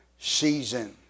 season